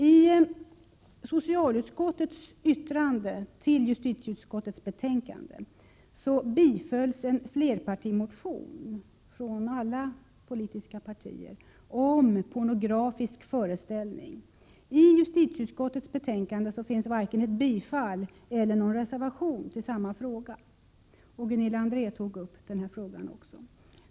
I socialutskottets yttrande till justitieutskottets betänkande tillstyrks en flerpartimotion från alla politiska partier om pornografisk föreställning. I justitieutskottets betänkande finns varken ett bifall eller någon reservation på denna punkt. Gunilla André tog också upp frågan.